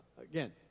Again